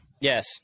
Yes